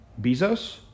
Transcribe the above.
Bezos